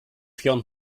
hirn